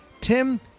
Tim